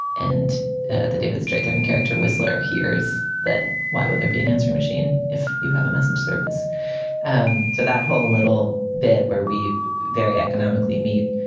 and the david stern and character, whistler hears that. why would there be an answering machine if you have a message service um to that whole little bit where we very economically meet?